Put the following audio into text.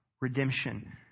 redemption